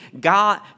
God